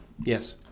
Yes